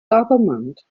government